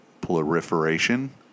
proliferation